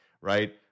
right